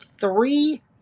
three